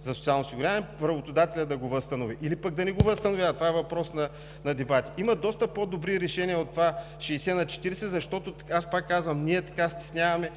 за социално осигуряване, работодателят да го възстанови или пък да не го възстановява – това е въпрос на на дебати. Има доста по-добри решения от това 60/40, защото, аз пак казвам, ние така стесняваме